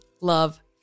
love